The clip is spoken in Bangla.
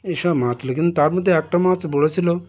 এই সব মাছ ছিল কিন্তু তার মধ্যে একটা মাছ বড় ছিল